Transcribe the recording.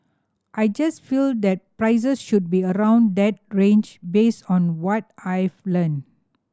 i just feel that prices should be around that range based on what I've heard